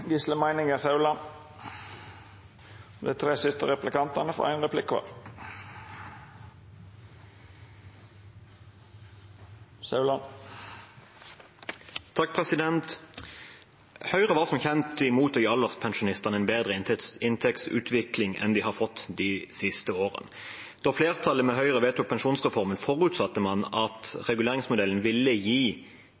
Høyre var som kjent imot å gi alderspensjonistene en bedre inntektsutvikling enn de har fått de siste årene. Da flertallet, med Høyre, vedtok pensjonsreformen, forutsatte man at